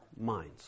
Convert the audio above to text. minds